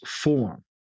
form